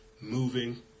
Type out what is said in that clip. moving